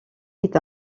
est